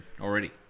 already